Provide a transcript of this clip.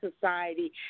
Society